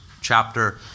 chapter